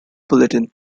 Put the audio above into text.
bulletin